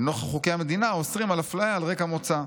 לנוכח חוקי המדינה האוסרים על אפליה על רקע מוצא.